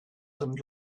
and